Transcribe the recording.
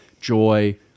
joy